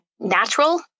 Natural